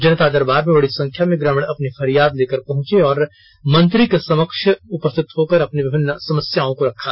जनता दरबार में बडी संख्या में ग्रामीण अपनी फरियाद लेकर पहंचे तथा मंत्री के समक्ष उपस्थित होकर विभिन्न अपनी समस्याओं को रखा